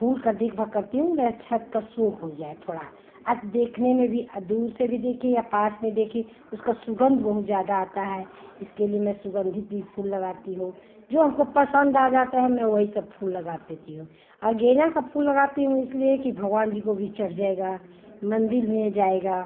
फूल का देखभाल करती हूँ मेरा छत का सो हो जाए थोड़ा देखने में भी दूर से भी देखे या पास में देखे उसका सुगंध बहुत ज़्यादा आता है इसके लिए मैं सुगंधित भी फूल लगाती हूँ जो हमको पसंद आ जाता है मैं वही सब फूल लगा देती हूँ गेंदा का फूल लगाती हूँ इसलिए कि भगवान जी को भी चढ़ जाएगा मंदिर में जाएगा